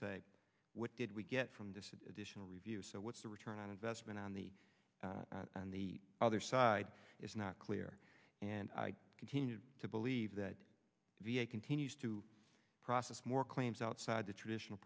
say what did we get from this additional review so what's the return on investment on the on the other side it's not clear and i continue to believe that v a continues to process more claims outside the traditional